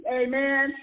amen